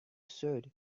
should